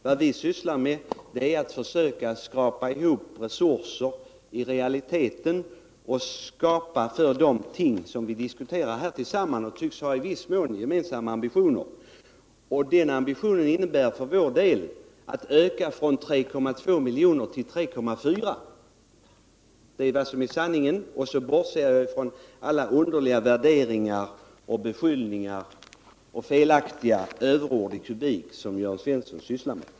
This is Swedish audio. Vad vi sysslar med är att försöka skrapa ihop resurser i realiteten för de ting som vi här diskuterar och som vi i viss mån tycks ha gemensamma ambitioner att åstadkomma. Det innebär för vår del att öka anslaget från 3,2 milj.kr. till 3,4 milj.kr. — det är sanningen. — Sedan bortser jag från alla underliga värderingar, beskyllningar, felaktigheter och överord i kubik som Jörn Svensson sysslar med.